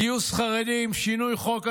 גיוס חרדים, שינוי חוק הגיוס,